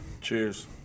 Cheers